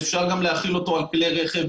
אפשר גם להחיל אותו על כלי רכב,